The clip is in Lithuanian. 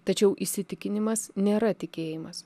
tačiau įsitikinimas nėra tikėjimas